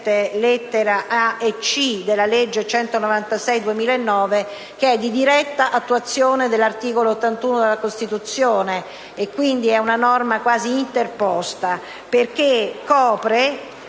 lettere *a)* e *c)*, della legge n. 196 del 2009, che è di diretta attuazione dell'articolo 81 della Costituzione; quindi, è una norma quasi interposta perché copre